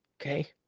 Okay